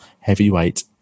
heavyweight